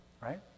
Right